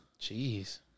Jeez